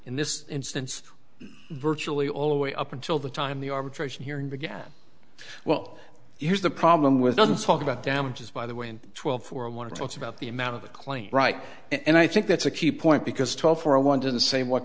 in this instance virtually all the way up until the time the arbitration hearing began well here's the problem with doesn't talk about damages by the way in twelve for one it's about the amount of the claim right and i think that's a key point because twelve for a one to the same what